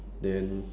then